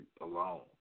alone